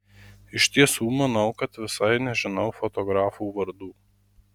iš tiesų manau kad visai nežinau fotografų vardų